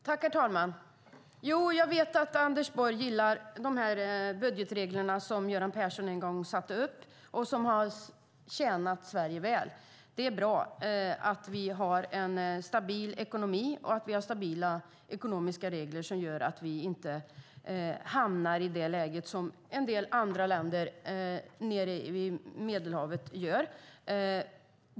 Herr talman! Ja, jag vet att Anders Borg gillar budgetreglerna som Göran Persson en gång satte upp och som har tjänat Sverige väl. Det är bra att vi har en stabil ekonomi och att vi har stabila ekonomiska regler som gör att vi inte hamnar i samma läge som en del länder nere vid Medelhavet.